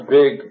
big